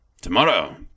Tomorrow